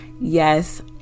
Yes